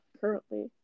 currently